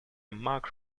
mark